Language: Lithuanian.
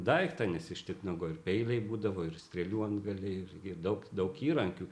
daiktą nes iš titnago ir peiliai būdavo ir strėlių antgaliai ir daug daug įrankių